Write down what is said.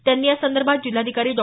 त्यांनी यासंदर्भात जिल्हाधिकारी डॉ